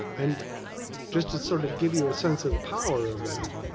and just to sort of give you a sense of the power of that,